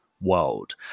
world